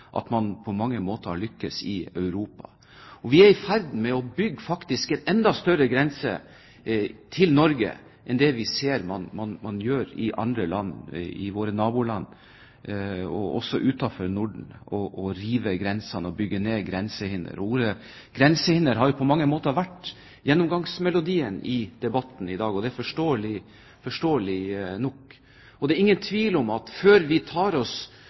at man har lyktes i Europa. Vi er faktisk i ferd med å bygge en enda sterkere grense til Norge enn det vi ser man gjør i andre land, i våre naboland og også utenfor Norden hvor man river grensene og bygger ned grensehinder. Ordet «grensehinder» har jo på mange måter vært gjennomgangsmelodien i debatten i dag, forståelig nok. Det er ingen tvil om at før vi tar oss